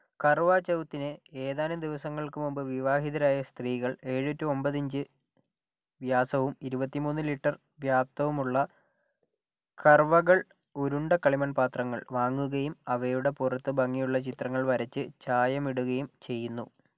കർവാ ചൗത്തിന് ഏതാനും ദിവസങ്ങൾക്കു മുമ്പ് വിവാഹിതരായ സ്ത്രീകൾ ഏഴ് ടു ഒൻപത് ഇഞ്ച് വ്യാസവും ഇരുപത്തിമൂന്ന് ലിറ്റർ വ്യാപ്തവുമുള്ള കർവകൾ ഉരുണ്ട കളിമൺപ്പാത്രങ്ങൾ വാങ്ങുകയും അവയുടെ പുറത്ത് ഭംഗിയുള്ള ചിത്രങ്ങൾ വരച്ച് ചായമിടുകയും ചെയ്യുന്നു